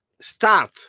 start